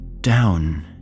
down